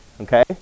okay